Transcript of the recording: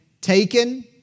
taken